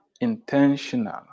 intentional